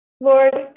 Lord